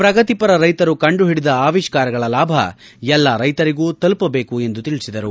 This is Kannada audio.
ಪ್ರಗತಿಪರ ರೈತರು ಕಂಡುಹಿಡಿದ ಆವಿಷ್ಕಾರಗಳ ಲಾಭ ಎಲ್ಲ ರೈತರಿಗೂ ತಲುಪಬೇಕು ಎಂದು ತಿಳಿಸಿದರು